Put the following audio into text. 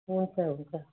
हुन्छ हुन्छ